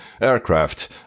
aircraft